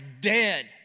dead